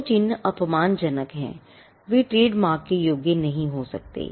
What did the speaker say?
जो चिह्न अपमानजनक हैं वे ट्रेडमार्क के योग्य नहीं हो सकते